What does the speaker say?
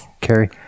Carrie